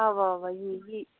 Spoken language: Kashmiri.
اَوا اَوا یی یی